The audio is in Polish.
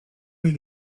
ich